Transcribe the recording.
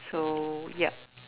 so yup